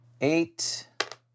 eight